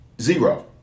zero